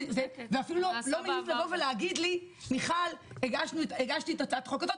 זה אפילו לא מכבודו לבוא ולהגיד לי הגשתי את הצעת החוק הזאת,